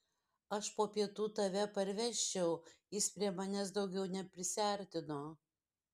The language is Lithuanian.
aš po pietų tave parvežčiau jis prie manęs daugiau neprisiartino